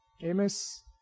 Amos